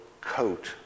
coat